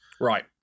Right